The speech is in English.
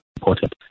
important